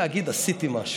אלמנטריים?